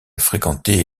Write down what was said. fréquenté